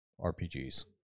RPGs